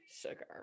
sugar